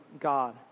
God